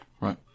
Right